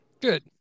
good